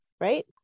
Right